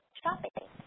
.shopping